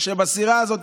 ובסירה הזאת,